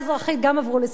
גם עברו לסדר-היום.